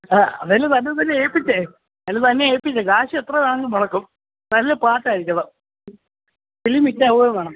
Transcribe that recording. ആ അതല്ലേ തന്നെത്തന്നെ ഏൽപ്പിച്ചേ എല്ലാം തന്നെ ഏൽപ്പിച്ചത് കാശെത്ര വേണമെങ്കിലും മുടക്കും നല്ല പാട്ടായിരിക്കണം ഫിലിം ഹിറ്റാവുകയും വേണം